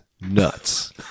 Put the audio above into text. nuts